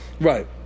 Right